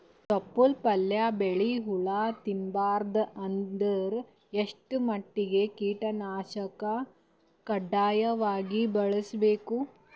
ತೊಪ್ಲ ಪಲ್ಯ ಬೆಳಿ ಹುಳ ತಿಂಬಾರದ ಅಂದ್ರ ಎಷ್ಟ ಮಟ್ಟಿಗ ಕೀಟನಾಶಕ ಕಡ್ಡಾಯವಾಗಿ ಬಳಸಬೇಕು?